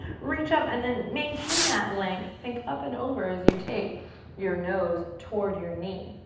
reach up and then maintain that length. think up and over as you take your nose toward your knee.